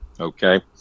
okay